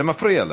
זה מפריע לה.